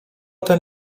ten